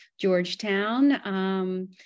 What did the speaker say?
Georgetown